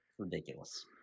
Ridiculous